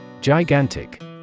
Gigantic